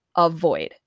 avoid